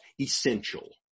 essential